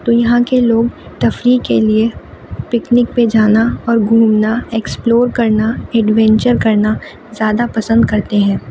تو یہاں کے لوگ تفریح کے لیے پکنک پہ جانا اور گھومنا ایکسپلور کرنا ایڈوینچر کرنا زیادہ پسند کرتے ہیں